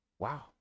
Wow